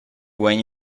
when